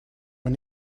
mij